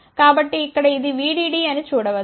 కాబట్టి ఇక్కడ ఇది VDD అని చూడవచ్చు